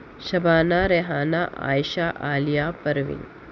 Shabana Rehana Ayesha Aliya Parveen